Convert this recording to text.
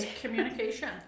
communication